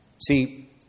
See